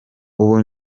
ubu